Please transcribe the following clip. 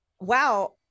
wow